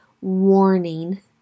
warning